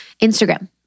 Instagram